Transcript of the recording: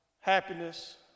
happiness